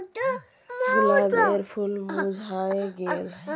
गुलाबेर फूल मुर्झाए गेल